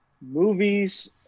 movies